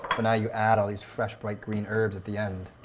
but now you add all these fresh, bright green herbs at the end